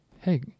Hey